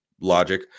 logic